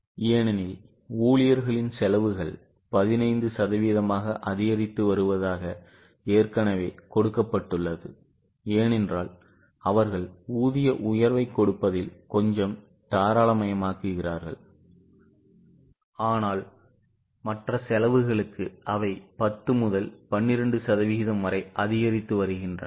ஏனெனில் ஊழியர்களின் செலவுகள் 15 சதவீதமாக அதிகரித்து வருவதாக ஏற்கனவே கொடுக்கப்பட்டுள்ளதுஏனென்றால் அவர்கள் ஊதிய உயர்வைக் கொடுப்பதில் கொஞ்சம் தாராளமயமாக்குகிறார்கள் ஆனால் மற்ற செலவுகளுக்கு அவை 10 முதல் 12 சதவிகிதம் வரை அதிகரித்து வருகின்றன